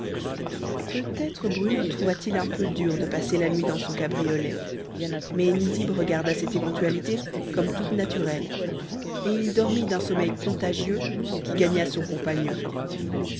peut-être bruno trouva-t-il un peu dur de passer la nuit dans son cabriolet mais nizib regarda cette éventualité comme toute naturelle et il dormit d'un sommeil contagieux qui gagna son compagnon